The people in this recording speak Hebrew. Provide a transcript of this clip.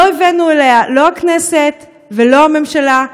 לא הבאנו אליה לא הכנסת ולא הממשלה,